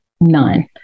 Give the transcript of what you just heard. none